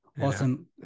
awesome